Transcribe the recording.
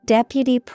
Deputy